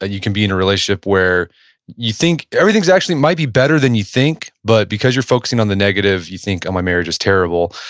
ah you can be in a relationship where you think everything's actually, it might be better than you think, but because you're focusing on the negative, you think, oh, my marriage is terrible.